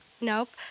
Nope